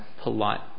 polite